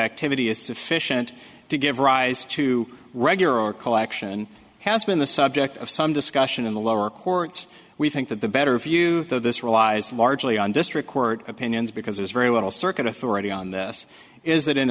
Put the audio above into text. activity is sufficient to give rise to regular collection has been the subject of some discussion in the lower courts we think that the better view of this realized largely on district court opinions because there's very little circuit authority on this is that in